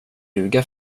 ljuga